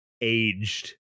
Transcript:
aged